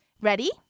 Ready